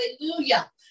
hallelujah